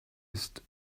ist